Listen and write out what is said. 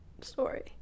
story